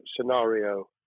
scenario